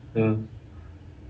ya